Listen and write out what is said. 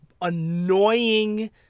annoying